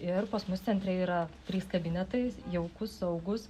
ir pas mus centre yra trys kabinetai jaukūs saugūs